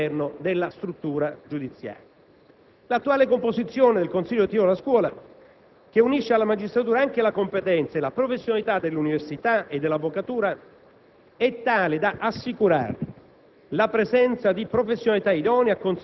realizzare una sorta di nuova cultura dell'organizzazione all'interno della struttura giudiziaria. L'attuale composizione del consiglio direttivo della Scuola, che unisce alla magistratura anche la competenza e la professionalità dell'università e dell'avvocatura,